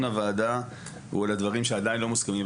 הוועדה הוא על הדברים שעדיין לא מוסכמים,